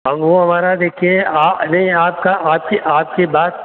और वो हमारा देखिए आ नहीं आपका आपकी आपकी बात